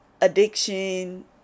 addiction